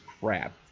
crap